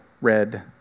red